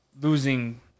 losing